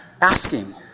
asking